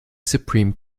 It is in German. supreme